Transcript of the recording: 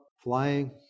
flying